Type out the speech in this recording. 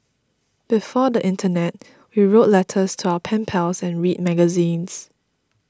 before the internet we wrote letters to our pen pals and read magazines